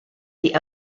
die